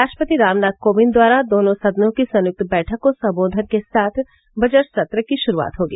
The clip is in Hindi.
राष्ट्रपति रामनाथ कोविंद द्वारा दोनों सदनों की संयुक्त बैठक को सम्बोधन के साथ बजट सत्र की शुरूआत होगी